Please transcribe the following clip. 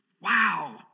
Wow